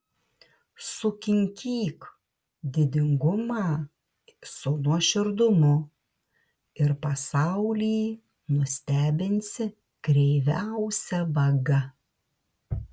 sukinkyk didingumą su nuoširdumu ir pasaulį nustebinsi kreiviausia vaga